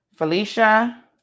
Felicia